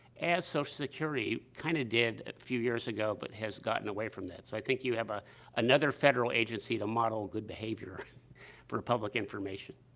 as social so security kind of did a few years ago but has gotten away from that. so, i think you have a another federal agency to model good behavior for public information.